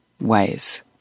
ways